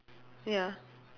ya